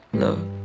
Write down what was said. love